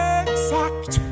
exact